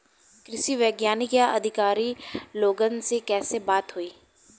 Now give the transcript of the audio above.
कृषि वैज्ञानिक या अधिकारी लोगन से कैसे बात होई?